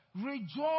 Rejoice